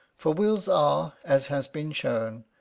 for wills are, as has been shown,